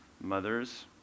mothers